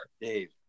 Dave